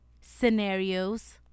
scenarios